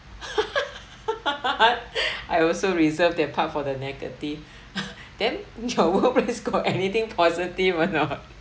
I also reserve that part for the negative then your work place got anything positive or not